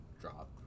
drop